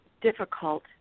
difficult